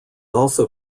also